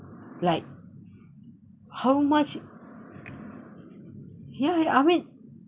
like how much here here I mean